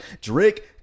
Drake